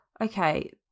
Okay